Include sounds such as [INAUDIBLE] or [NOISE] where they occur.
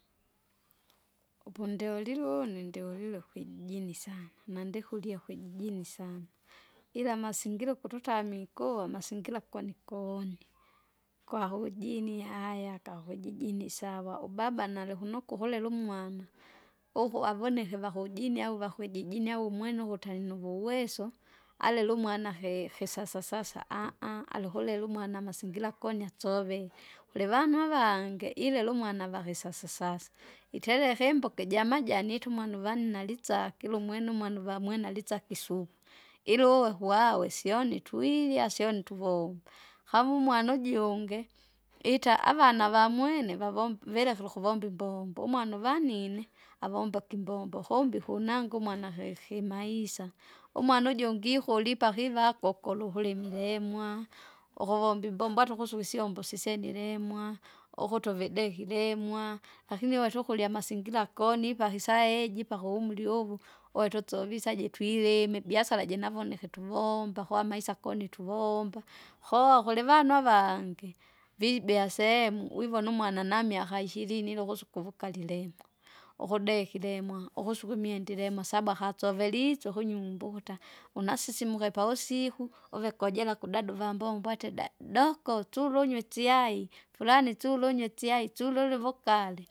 [NOISE] upundiulune ndiulile kwijijini sana nandikurya ukijijini sana. Ila amasingira ukututami kuwa masingira kwani kuni, kwakujini aya kakujijini sava ubaba nalikuno kuhule lumwana, uku avoneke vakujinya au vakujijinya umwene ukutali niwuweso, alilumwana hefisasasasa [HESITATION] alikulile umwana masingira kunya sovere. Kulivanwa avangi, ilile umwana vakisasasasa, itereka imboka ijamajani itumwa nuvana nalitsakile umwene umwana uvamwene alisakisupu. Ili uwe kuwawesa sione twirya sione tuvomba, kamu umwana ujungi, ita avana vamwene vavombe vilekile ukuvomba imbombo umwana uvanine! avomba kimbombo kumbe ikunanga umwana hekimaisa. Umwana ujungi ikulipa kiva kuvako kuluhulimile imwa, ukovomba imbombo ata ukusuka isyombo sisyenile imwa, ukutu uvidekire imwa, lakini avutukurya amasingira konipahi saiji paka umri uvu, wotusovisye ajitwilime ibiasara jinavoneke tuvombe koamaisa koni tovomba. Koo akulivana avangi, vibea sehemu wivona umwana namiaka ishirini ili ukusuka uvukalileng'wa, ukudekire imwa, ukusuka imwenda ilemwa saba akatsovelitse ukunyumba ukuta, unasisimuka pavusiku, [NOISE] uvekojela kudadu uvambombo ati da- dakausulo unywe ichiai, furani itsiulunywe ichai tsiulule uvugali.